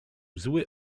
zły